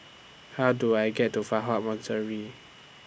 How Do I get to Fa Hua Monastery